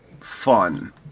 fun